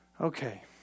Okay